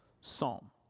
psalm